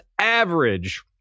average